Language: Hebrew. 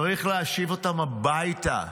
צריך להשיב אותם הביתה.